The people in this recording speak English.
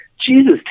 Jesus